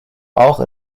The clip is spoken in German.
auch